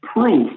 proof